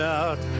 out